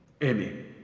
Amy